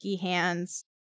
hands